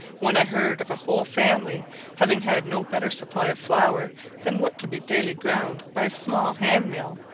when i heard of a whole family having had no better supply of flour than what could be daily ground by a small hand-mill,